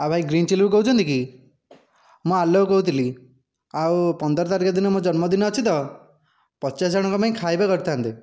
ହଁ ଭାଇ ଗ୍ରୀନ୍ ଚିଲ୍ଲିରୁ କହୁଛନ୍ତିକି ମୁଁ ଆଲୋକ କହୁଥିଲି ଆଉ ପନ୍ଦର ତାରିଖ ଦିନ ମୋ ଜନ୍ମ ଦିନ ଅଛି ତ ପଚାଶଜଣଙ୍କ ପାଇଁ ଖାଇବା କରିଥାନ୍ତେ